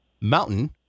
mountain